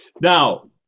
Now